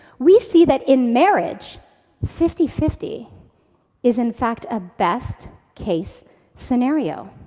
we see that in marriage fifty fifty is in fact a best case scenario.